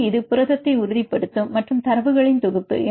பின்னர் இது புரதத்தை உறுதிப்படுத்தும் மற்றும் தரவுகளின் தொகுப்பு